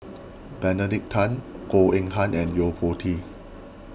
Benedict Tan Goh Eng Han and Yo Po Tee